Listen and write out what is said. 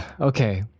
Okay